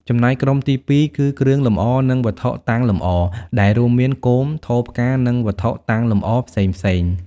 ចំណែកក្រុមទីពីរគឺ គ្រឿងលម្អ និងវត្ថុតាំងលម្អ ដែលរួមមាន គោម ថូផ្កា និងវត្ថុតាំងលម្អផ្សេងៗ។